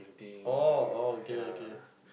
um yeah